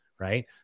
Right